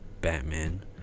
Batman